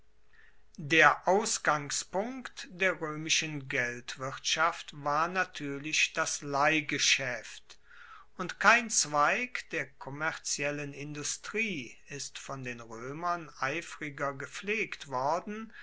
der ausgangspunkt der roemischen geldwirtschaft war natuerlich das leihgeschaeft und kein zweig der kommerziellen industrie ist von den roemern eifriger gepflegt worden